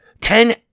ten